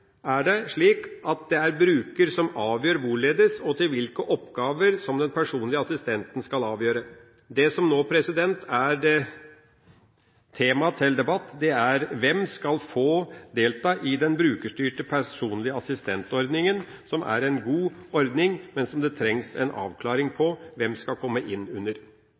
er bruker som avgjør hvorledes og hvilke oppgaver den personlige assistenten skal ha. Det som nå er tema til debatt, er hvem som skal få delta i den brukerstyrte personlige assistentordninga, som er en god ordning, men det trengs en avklaring på hvem som skal komme inn under